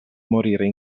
morire